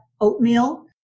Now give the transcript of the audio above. oatmeal